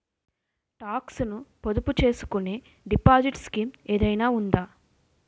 Talks ను పొదుపు చేసుకునే డిపాజిట్ స్కీం ఏదైనా ఉందా?